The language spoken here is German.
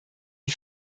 die